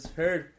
heard